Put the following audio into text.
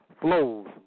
flows